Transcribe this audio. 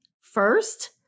first